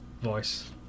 voice